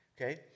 Okay